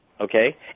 okay